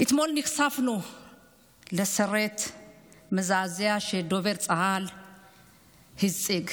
אתמול נחשפנו לסרט מזעזע שדובר צה"ל הציג.